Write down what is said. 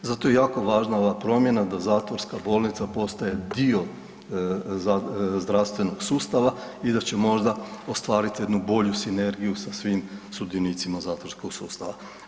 Zato je jako važna ova promjena da zatvorska bolnica postaje dio zdravstvenog sustava i da će možda ostvariti jednu bolju sinergiju sa svim sudionicima zatvorskog sustava.